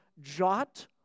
jot